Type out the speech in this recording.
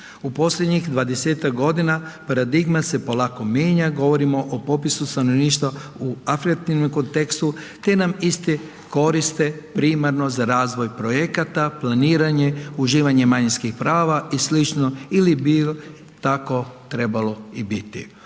U posljednjih 20-tak godina paradigma se polako menja, govorimo o popisu stanovništva u afektivnom kontekstu, te nam isti koriste primarno za razvoj projekata, planiranje, uživanje manjinskih prava i slično ili bi tako trebalo i biti.